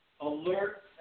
alert